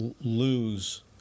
Lose